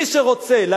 מי שרוצה, אתה יודע מה?